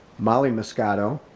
molly moscato,